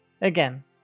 again